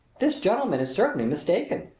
this gentleman is certainly mistaken,